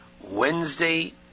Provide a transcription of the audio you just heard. Wednesday